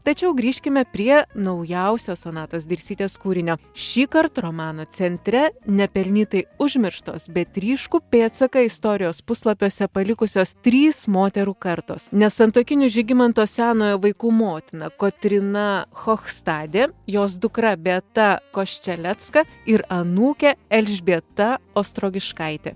tačiau grįžkime prie naujausio sonatos dirsytės kūrinio šįkart romano centre nepelnytai užmirštos bet ryškų pėdsaką istorijos puslapiuose palikusios trys moterų kartos nesantuokinių žygimanto senojo vaikų motina kotryna chohstadi jos dukra beata koščelecka ir anūkė elžbieta ostrogiškaitė